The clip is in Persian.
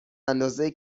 اندازه